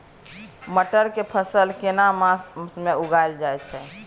मटर के फसल केना मास में उगायल जायत छै?